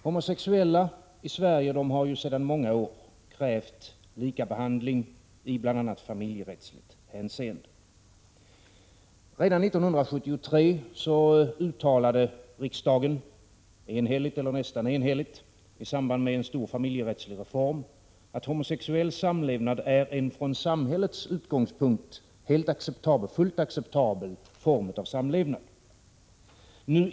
Homosexuella har i Sverige sedan många år tillbaka krävt en likabehandlingi bl.a. familjerättsligt hänseende. Redan 1973 uttalade riksdagen nästan enhälligt i samband med en stor familjerättslig reform att homosexuell samlevnad är en från samhällets synpunkt fullt acceptabel form av samlevnad.